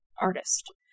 artist